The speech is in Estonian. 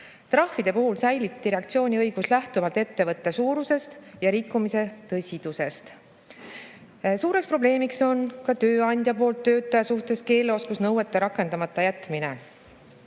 Trahvide puhul säilib diskretsiooniõigus lähtuvalt ettevõtte suurusest ja rikkumise tõsidusest. Suureks probleemiks on ka tööandja poolt töötaja suhtes keeleoskusnõuete rakendamata jätmine.